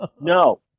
No